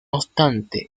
obstante